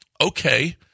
okay